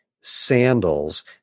sandals